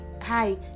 hi